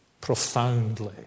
profoundly